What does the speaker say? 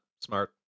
smart